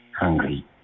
hungry